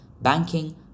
banking